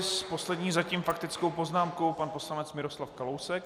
Poslední zatím s faktickou poznámkou pan poslanec Miroslav Kalousek.